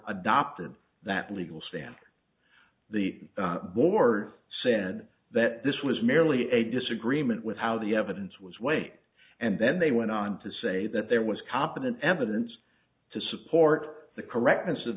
adopted that legal standard the board said that this was merely a disagreement with how the evidence was wait and then they went on to say that there was competent evidence to support the correctness of